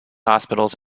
hospitals